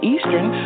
Eastern